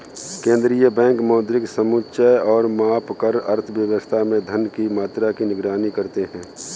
केंद्रीय बैंक मौद्रिक समुच्चय को मापकर अर्थव्यवस्था में धन की मात्रा की निगरानी करते हैं